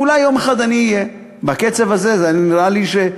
אולי יום אחד אני אהיה, בקצב הזה זה נראה לי.